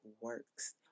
works